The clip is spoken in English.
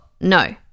No